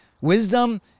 Wisdom